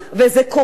וזה קורה,